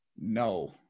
No